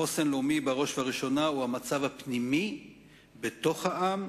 חוסן לאומי הוא בראש ובראשונה המצב הפנימי בתוך העם,